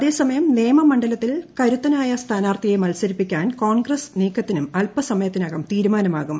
അതേസമയം നേമം മണ്ഡലത്തിൽ കരുത്തനായ സ്ഥാനാർത്ഥിയെ മത്സരിപ്പിക്കാൻ കോൺഗ്രസ് നീക്കത്തിനും അൽപസമയത്തിനകം തീരുമാനമാകും